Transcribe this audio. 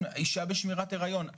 אישה בשמירת היריון,